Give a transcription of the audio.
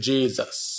Jesus